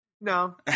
no